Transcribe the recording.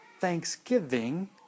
thanksgiving